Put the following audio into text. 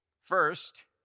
First